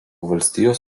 valstijos